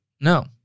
no